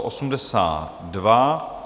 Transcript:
82.